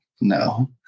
no